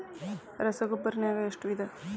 ರಸಗೊಬ್ಬರ ನಾಗ್ ಎಷ್ಟು ವಿಧ?